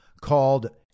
called